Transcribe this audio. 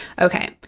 okay